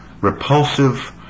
repulsive